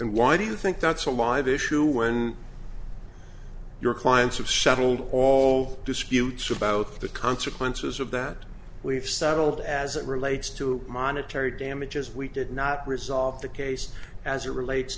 why do you think that's a live issue when your clients have settled all disputes about the consequences of that we've settled as it relates to monetary damages we did not resolve the case as it relates